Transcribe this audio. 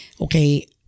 okay